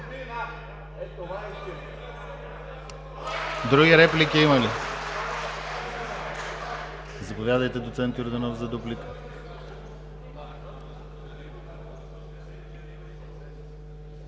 Други реплики? Заповядайте, доцент Йорданов, за дуплика.